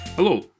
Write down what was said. Hello